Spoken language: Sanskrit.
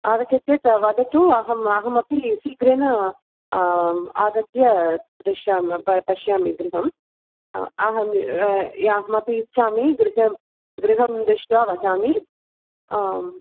आगच्छति चेत् वदतु अहम् अहमपि शीध्रेण आगत्य दृश्याम प पश्यामि गृहम् अहम् य अहमपि इच्छामि गृहं गृहं दृष्ट्वा वदामि आम्